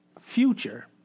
future